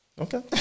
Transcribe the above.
Okay